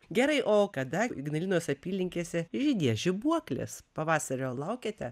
gerai o kada ignalinos apylinkėse žydės žibuoklės pavasario laukiate